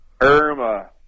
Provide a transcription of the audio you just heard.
Irma